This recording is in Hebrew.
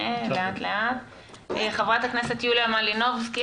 חברת הכנסת יוליה מלינובסקי,